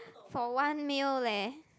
for one meal leh